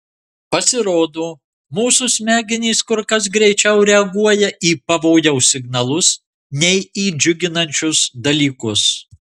pasirodo mūsų smegenys kur kas greičiau reaguoja į pavojaus signalus nei į džiuginančius dalykus